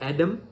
Adam